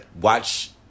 Watch